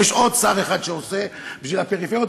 יש עוד שר אחד שעושה בשביל הפריפריות,